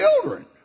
children